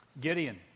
Gideon